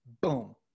boom